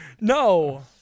No